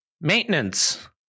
maintenance